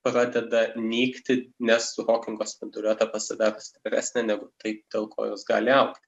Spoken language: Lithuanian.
pradeda nykti nes su hokingo spinduliuote pasidaro stipresnė negu tai dėl ko jos gali augti